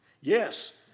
Yes